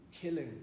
killing